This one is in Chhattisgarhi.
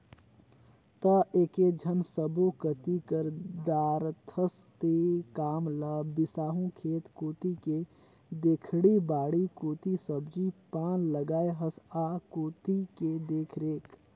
त एकेझन सब्बो कति कर दारथस तें काम ल बिसाहू खेत कोती के देखही बाड़ी कोती सब्जी पान लगाय हस आ कोती के देखरेख